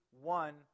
one